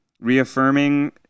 reaffirming